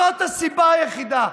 זאת הסיבה היחידה.